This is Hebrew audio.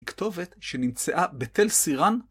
כתובת שנמצאה בתל סירן.